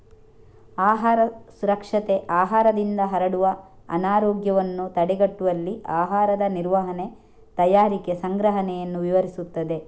ಆಹಾರ ಸುರಕ್ಷತೆ ಆಹಾರದಿಂದ ಹರಡುವ ಅನಾರೋಗ್ಯವನ್ನು ತಡೆಗಟ್ಟುವಲ್ಲಿ ಆಹಾರದ ನಿರ್ವಹಣೆ, ತಯಾರಿಕೆ, ಸಂಗ್ರಹಣೆಯನ್ನು ವಿವರಿಸುತ್ತದೆ